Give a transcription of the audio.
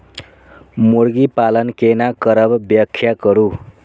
मुर्गी पालन केना करब व्याख्या करु?